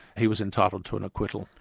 he was entitled to an acquittal.